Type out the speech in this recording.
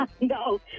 No